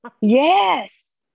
Yes